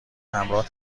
همراه